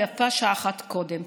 ויפה שעה אחת קודם.